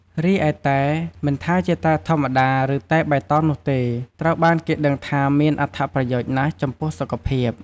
រីឯតែ មិនថាជាតែធម្មតា ឬតែបៃតងនោះទេ ត្រូវបានគេដឹងថាមានអត្ថប្រយោជន៍ណាស់់ចំពោះសុខភាព។